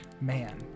man